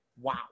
Wow